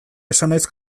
esanahiz